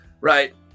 right